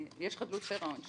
יש חדלות פירעון,